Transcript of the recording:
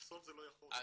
לפסול זה לא יכול.